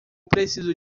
preciso